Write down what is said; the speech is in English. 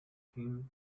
him